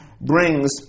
brings